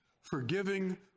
forgiving